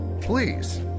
Please